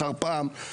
אחר פעם.